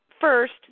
first